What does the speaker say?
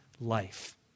life